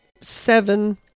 seven